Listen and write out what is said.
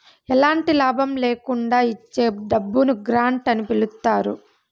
ఎలాంటి లాభం ల్యాకుండా ఇచ్చే డబ్బును గ్రాంట్ అని పిలుత్తారు